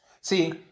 See